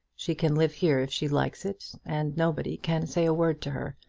she can live here if she likes it, and nobody can say a word to her.